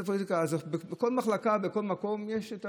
בכל מחלקה, בכל מקום יש.